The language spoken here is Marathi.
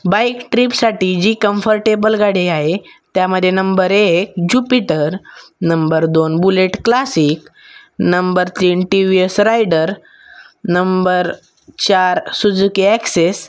बाईक ट्र्रीपसाटी जी कम्फर्टेबल गाडी आहे त्यामध्ये नंबर एक ज्युपिटर नंबर दोन बुलेट क्लासिक नंबर तीन T V S Raider number चार सुझुकी ॲक्सेस